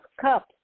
Cups